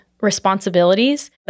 responsibilities